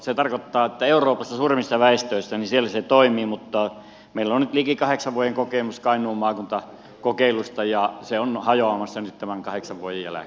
se tarkoittaa että euroopassa suurimmissa väestöissä se toimii mutta meillä on nyt liki kahdeksan vuoden kokemus kainuun maakuntakokeilusta ja se on hajoamassa nyt tämän kahdeksan vuoden jälkeen